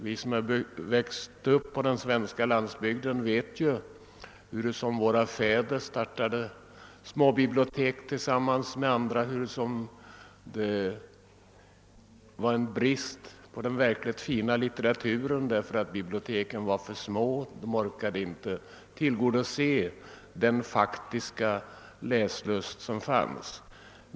Vi som har vuxit upp på den: svenska : landsbygden vet ju hurusom våra fäder startade småbibliotek tillsammans med andra och hurusom det rådde brist på den verkligt fina litteraturen därför att biblioteken var för små. De orkade inte tillgodose den faktiska läslust som fanns.